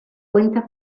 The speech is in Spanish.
cuenta